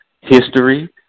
history